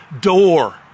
door